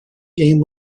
game